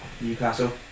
Newcastle